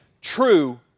true